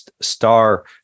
STAR